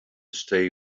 stay